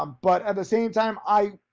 um but at the same time i,